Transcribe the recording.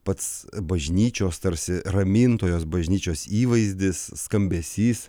pats bažnyčios tarsi ramintojos bažnyčios įvaizdis skambesys